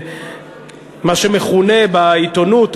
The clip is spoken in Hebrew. מה שמכונה בעיתונות,